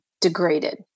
degraded